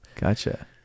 Gotcha